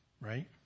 right